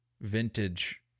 vintage